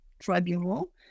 tribunal